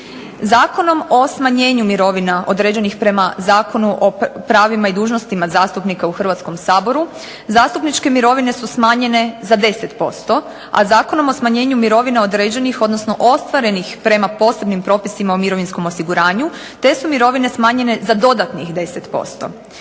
Zakonom o smanjenju mirovina određenih prema Zakonu o pravima i dužnostima zastupnika u Hrvatskom saboru zastupničke mirovine su smanjene za 10%, a Zakonom o smanjenju mirovina određenih, odnosno ostvarenih prema posebnim propisima o mirovinskom osiguranju te su mirovine smanjene za dodatnih 10%.